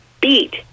beat